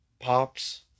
pops